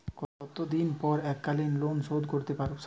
কতদিন পর এককালিন লোনশোধ করতে সারব?